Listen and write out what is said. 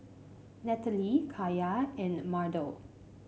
Natalie Kaya and Mardell